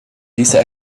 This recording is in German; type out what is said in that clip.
dieser